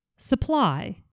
supply